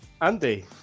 Andy